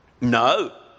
No